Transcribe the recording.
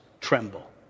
tremble